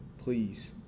please